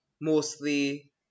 mostly